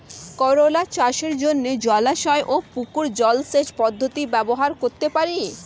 করোলা চাষের জন্য জলাশয় ও পুকুর জলসেচ পদ্ধতি ব্যবহার করতে পারি?